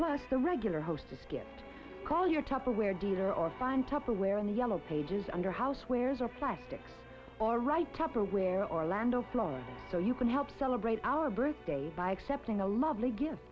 plus the regular hostess gift call your tupperware dealer or find tupperware in the yellow pages under housewares or plastic or write tupperware orlando florida so you can help celebrate our birthdays by accepting a lovely gift